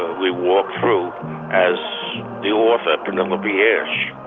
we walked through as the author, penelope esch.